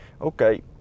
Okay